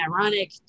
ironic